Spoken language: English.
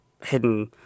hidden